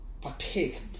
partake